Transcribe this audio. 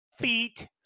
Feet